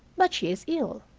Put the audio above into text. but she is ill.